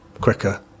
quicker